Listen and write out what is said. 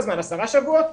עשרה שבועות?